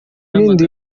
ibindi